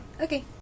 okay